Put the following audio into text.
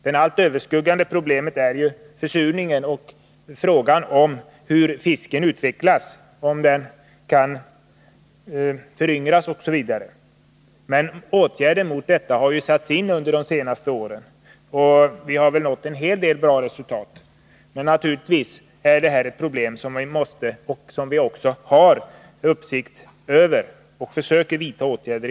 Det allt överskuggande problemet är ju försurningen och frågan om hur fisken utvecklas — om den kan föryngras osv. Åtgärder mot detta har ju satts in under de senaste åren, och vi har väl nått en hel del bra resultat. Vi måste ha och har också problemet under uppsikt och försöker vidta åtgärder.